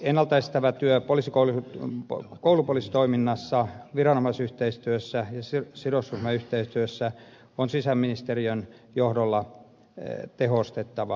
ennalta estävää työtä koulupoliisitoiminnassa viranomaisyhteistyössä ja sidosryhmäyhteistyössä on sisäministeriön johdolla tehostettava